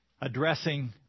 addressing